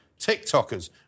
TikTokers